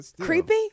creepy